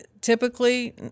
typically